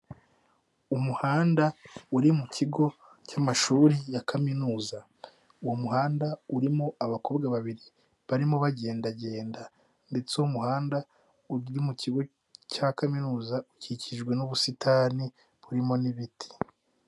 Umuhanda uri mu kigo cy'amashuri ya kaminuza. Uwo muhanda urimo abakobwa babiri barimo bagendagenda, ndetse n'umuhanda uri mu kigo cya kaminuza, ukikijwe n'ubusitani, burimo n'ibiti.